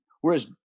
whereas